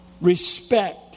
respect